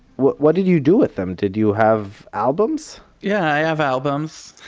what what did you do with them? did you have albums? yeah i have albums.